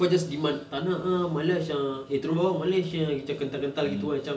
kau just demand tak nak ah malas ah eh turun bawah boleh sia macam kental-kental gitu macam